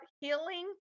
healing